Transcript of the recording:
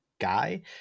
guy